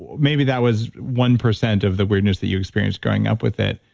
maybe that was one percent of the weirdness that you experienced growing up with it.